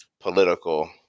political